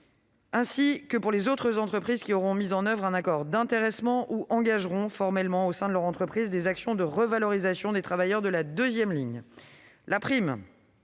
ainsi que pour les autres entreprises qui auront mis en oeuvre un accord d'intéressement ou qui s'engageront formellement dans des actions de revalorisation des travailleurs de la deuxième ligne. La prime